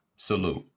Salute